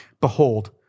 Behold